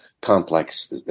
complex